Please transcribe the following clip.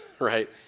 right